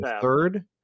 third